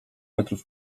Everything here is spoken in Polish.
metrów